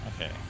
okay